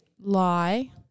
lie